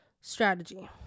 strategy